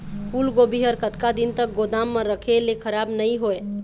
फूलगोभी हर कतका दिन तक गोदाम म रखे ले खराब नई होय?